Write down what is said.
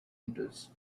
windows